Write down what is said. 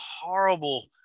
horrible